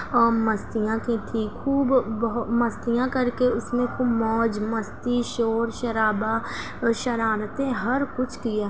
مستیاں کی تھیں خوب بہت مستیاں کر کے اس میں خوب موج مستی شور شرابا شرارتیں ہر کچھ کیا